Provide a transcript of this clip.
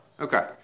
Okay